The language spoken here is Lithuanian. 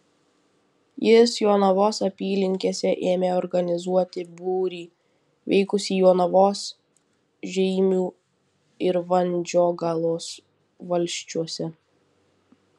jis jonavos apylinkėse ėmė organizuoti būrį veikusį jonavos žeimių ir vandžiogalos valsčiuose